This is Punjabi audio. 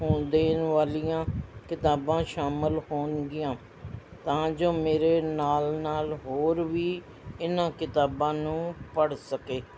ਹੋ ਦੇਣ ਵਾਲੀਆਂ ਕਿਤਾਬਾਂ ਸ਼ਾਮਿਲ ਹੋਣਗੀਆਂ ਤਾਂ ਜੋ ਮੇਰੇ ਨਾਲ ਨਾਲ ਹੋਰ ਵੀ ਇਹਨਾਂ ਕਿਤਾਬਾਂ ਨੂੰ ਪੜ੍ਹ ਸਕੇ